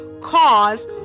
cause